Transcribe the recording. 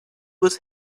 was